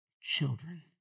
children